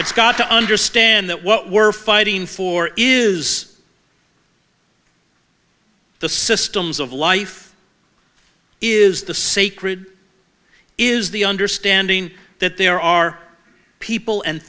it's got to understand that what we're fighting for is the systems of life is the sacred is the understanding that there are people and